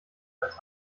ggf